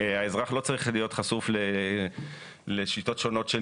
האזרח לא צריך להיות חשוף לשיטות שונות של